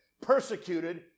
Persecuted